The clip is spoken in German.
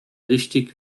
richtig